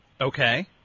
okay